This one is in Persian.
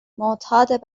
معتاد